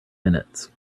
minutes